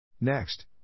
Next